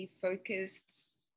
focused